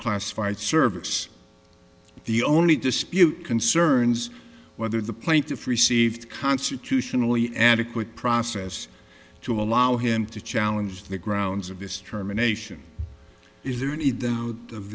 classified service the only dispute concerns whether the plaintiff received constitutionally adequate process to allow him to challenge the grounds of this terminations is there any